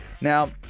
Now